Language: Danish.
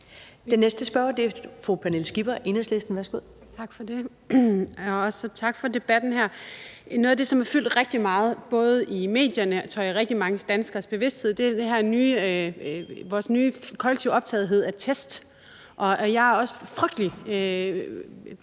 Den næste spørger er fru Pernille Skipper, Enhedslisten. Værsgo. Kl. 13:22 Pernille Skipper (EL): Tak for det, og jeg vil også sige tak for debatten her. Noget af det, som har fyldt rigtig meget både i medierne og i rigtig mange danskeres bevidsthed, tror jeg, er vores nye kollektive optagethed af test. Jeg er også frygtelig